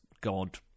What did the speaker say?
god